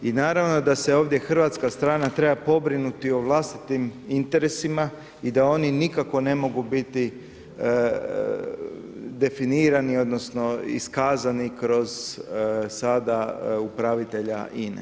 I naravno da se ovdje hrvatska strana treba pobrinuti o vlastitim interesima i da oni nikako ne mogu biti definirani odnosno iskazani kroz sada upravitelja INA-e.